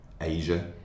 Asia